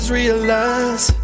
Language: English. realize